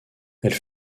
elles